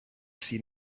así